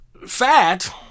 fat